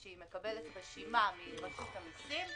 כשהיא מקבלת רשימה מרשות המיסים,